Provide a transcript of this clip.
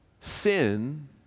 sin